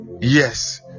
Yes